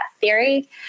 theory